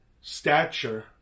stature